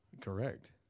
Correct